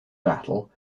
battle